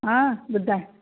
हां ॿुधाए